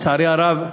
לצערי הרב,